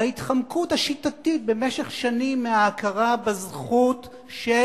ההתחמקות השיטתית במשך שנים מהכרה בזכות של